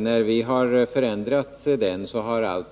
När vi har förändrat den har